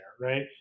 right